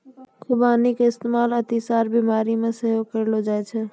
खुबानी के इस्तेमाल अतिसार बिमारी मे सेहो करलो जाय छै